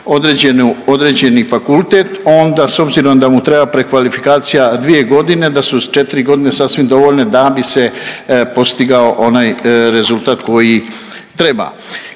određeni fakultet onda s obzirom da mu treba prekvalifikacija 2 godine da su 4 godine sasvim dovoljne da bi se postigao onaj rezultat koji treba.